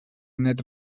net